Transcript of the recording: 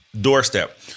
doorstep